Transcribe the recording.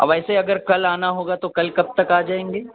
اب ایسے اگر کل آنا ہوگا تو کل کب تک آ جائیں گے